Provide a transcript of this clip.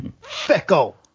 fickle